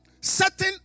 certain